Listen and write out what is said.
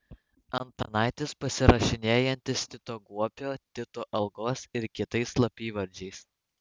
antanaitis pasirašinėjantis tito guopio tito algos ir kitais slapyvardžiais